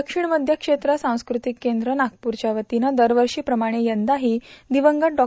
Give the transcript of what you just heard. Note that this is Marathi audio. दक्षिण मध्य क्षेत्र सांस्कृतिक केंद्र नागपूरच्या वतीनं दरवर्षी प्रमाणे यंदाही दिवंगत डॉ